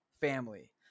family